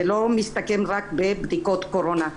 זה לא מסתכם רק בבדיקות קורונה.